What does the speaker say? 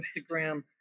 Instagram